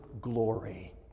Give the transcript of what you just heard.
glory